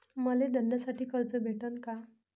मले धंद्यासाठी कर्ज भेटन का?